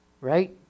right